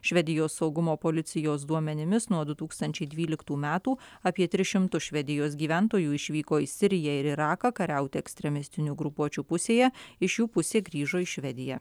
švedijos saugumo policijos duomenimis nuo du tūkstančiai dvyliktų metų apie tris šimtus švedijos gyventojų išvyko į siriją ir iraką kariauti ekstremistinių grupuočių pusėje iš jų pusė grįžo į švediją